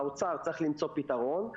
האוצר צריך למצוא פתרון,